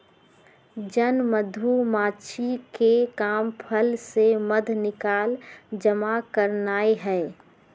जन मधूमाछिके काम फूल से मध निकाल जमा करनाए हइ